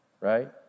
right